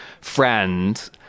friend